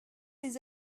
des